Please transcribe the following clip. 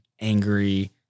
angry